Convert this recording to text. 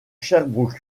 sherbrooke